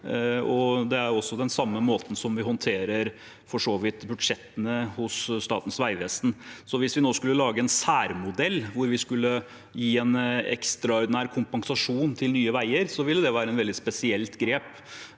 Det er for så vidt den samme måten som vi håndterer budsjettene hos Statens vegvesen på. Hvis vi nå skulle lage en særmodell hvor vi skulle gi en ekstraordinær kompensasjon til Nye veier, ville det være et veldig spesielt grep.